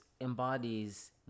embodies